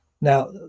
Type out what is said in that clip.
now